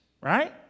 right